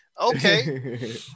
okay